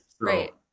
Right